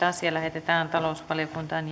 asia lähetetään talousvaliokuntaan